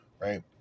right